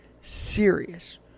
Serious